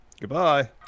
Goodbye